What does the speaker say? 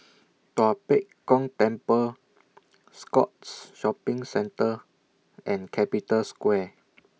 Tua Pek Kong Temple Scotts Shopping Centre and Capital Square